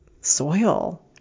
soil